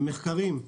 מחקרים.